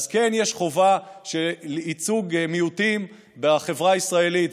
יש חובה של ייצוג מיעוטים בחברה הישראלית.